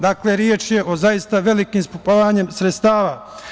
Dakle, reč je o zaista velikom ispumpavanju sredstava.